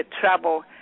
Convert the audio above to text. trouble